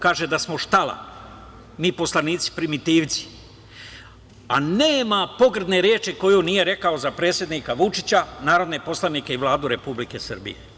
Kaže da smo štala, mi poslanici primitivci, a nema pogrdne reči koju nije rekao za predsednika Vučića, narodne poslanike i Vladu Republike Srbije.